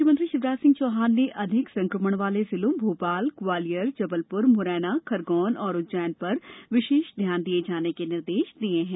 मुख्यमंत्री शिवराज सिंह चौहान ने अधिक संक्रमण वाले जिलों भोपाल ग्वालियर जबलपुर मुरैना खरगौन और उज्जैन पर विशेष ध्यान दिए जाने के निर्देश दिए हैं